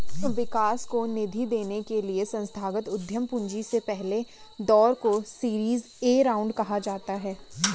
विकास को निधि देने के लिए संस्थागत उद्यम पूंजी के पहले दौर को सीरीज ए राउंड कहा जाता है